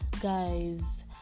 guys